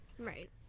Right